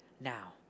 now